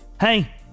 Hey